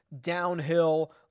downhill